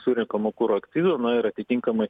surenkamo kuro akcizo na ir atitinkamai